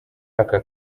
aka